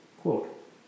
quote